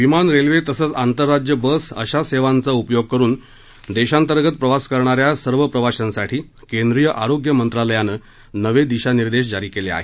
विमान रेल्वे तसंच आंतरराज्य बस अशा सेवांचा उपयोग करून देशांतर्गत प्रवास करणाऱ्या सर्व प्रवाशांसाठी केंद्रीय आरोग्यमंत्रालयानं नवे दिशानिर्देश जारी केले आहेत